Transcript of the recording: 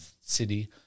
city